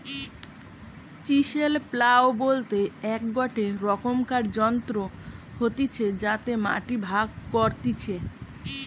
chisel plough বলতে গটে রকমকার যন্ত্র হতিছে যাতে মাটি ভাগ করতিছে